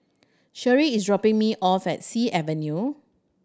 Sherie is dropping me off at Sea Avenue